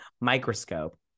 microscope